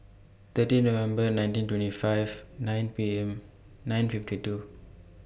thirty November nineteen twenty five nine P M nine fifty two